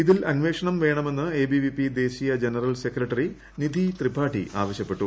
ഇതിൽ അന്വേഷണം വേണമെന്ന് എബിവിപി ദേശീയ ജനറൽ സെക്രട്ടറി നിധി ത്രിപാഠി ആവശ്യപ്പെട്ടു